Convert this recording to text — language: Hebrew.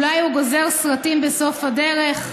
ואולי הוא גוזר סרטים בסוף הדרך,